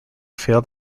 failed